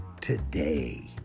today